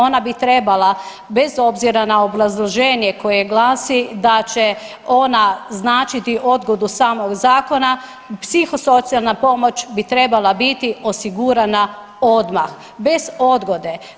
Ona bi trebala bez obzira na obrazloženje koje glasi da će ona značiti odgodu samog zakona, psihosocijalna pomoć bi trebala biti osigurana odmah bez odgode.